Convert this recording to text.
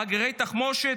מאגרי תחמושת,